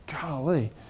golly